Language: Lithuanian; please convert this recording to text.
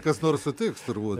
kas nors sutiks turbūt